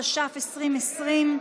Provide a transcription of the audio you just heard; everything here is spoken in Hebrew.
התש"ף 2020,